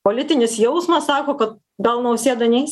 politinis jausmas sako ka gal nausėda neis